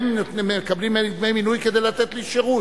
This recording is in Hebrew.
הם מקבלים דמי מנוי כדי לתת לי שירות,